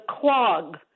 clog